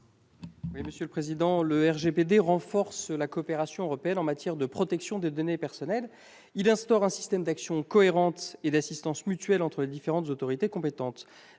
à M. Jérôme Durain. Le RGPD renforce la coopération européenne en matière de protection des données personnelles. Il instaure un système d'action cohérente et d'assistance mutuelle entre les différentes autorités compétentes.